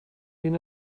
been